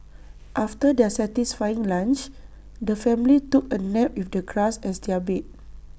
after their satisfying lunch the family took A nap with the grass as their bed